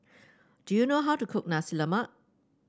do you know how to cook Nasi Lemak